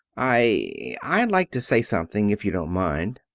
i i'd like to say something, if you don't mind.